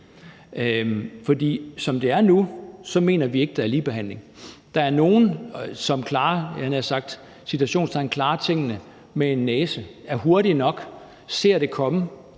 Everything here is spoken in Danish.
For som det er nu, mener vi ikke, at der er ligebehandling. Der er nogle, som klarer – i citationstegn – tingene med en næse, er hurtige nok, ser det komme,